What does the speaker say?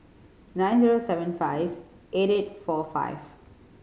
nine zero seven five eight eight four five